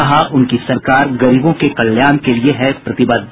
कहा उनकी सरकार गरीबों के कल्याण के लिए है प्रतिबद्ध